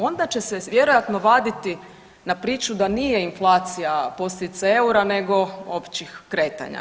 Onda će se vjerojatno vaditi na priču da nije inflacija posljedica eura, nego općih kretanja.